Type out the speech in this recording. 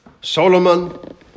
Solomon